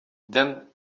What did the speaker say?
then